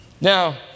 Now